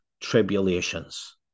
tribulations